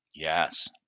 Yes